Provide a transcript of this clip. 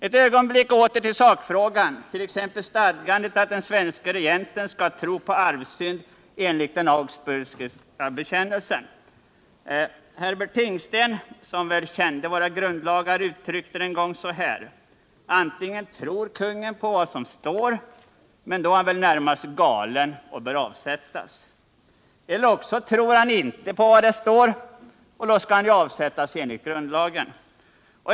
Ett ögonblick åter till sakfrågan, t.ex. stadgandet att den svenska regenten skall tro på arvssynd enligt den Augsburgska bekännelsen. Herbert Tingsten, som väl kände våra grundlagar, uttryckte det en gång så här: Antingen tror kungen på vad som står — men då är han väl närmast galen och bör avsättas. Eller också tror han inte på vad som där står, och då skall han ju avsättas enligt grundlagen.